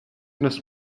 dnes